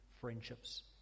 friendships